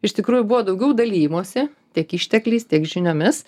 iš tikrųjų buvo daugiau dalijimosi tiek ištekliais tiek žiniomis